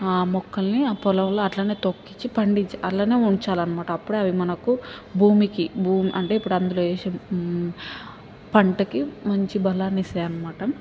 ఆ మొక్కల్ని ఆ పొలంలో అట్లానే తొక్కించి పండించి అలానే ఉంచాలి అనమాట అప్పుడే అవి మనకు భూమికి భూమి అంటే ఇప్పుడు అందులో వేసి పంటకి మంచి బలాన్ని ఇస్తాయి అనమాట